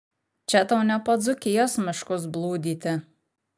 čia tau ne po dzūkijos miškus blūdyti